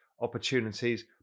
opportunities